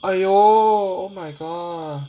!aiyo! oh my god